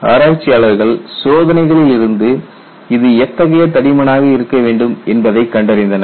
ஆராய்ச்சியாளர்கள் சோதனைகளில் இருந்து இது எத்தகைய தடிமனாக இருக்க வேண்டும் என்பதை கண்டறிந்தனர்